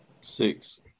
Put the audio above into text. Six